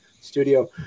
studio